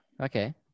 Okay